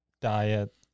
diet